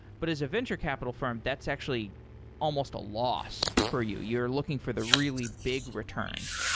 but as a venture capital firm, that's actually almost a loss for you. you're looking for the really big returns.